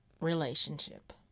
relationship